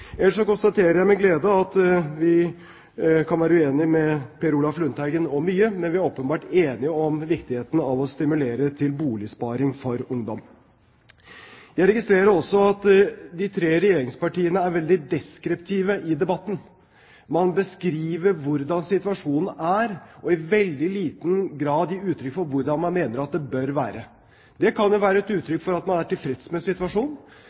Ellers konstaterer jeg med glede at vi kan være uenige med Per Olaf Lundteigen om mye, men vi er åpenbart enige om viktigheten av å stimulere til boligsparing for ungdom. Jeg registrerer også at de tre regjeringspartiene er veldig deskriptive i debatten. Man beskriver hvordan situasjonen er, og gir i veldig liten grad uttrykk for hvordan man mener at det bør være. Det kan jo være et uttrykk for at man er tilfreds med situasjonen.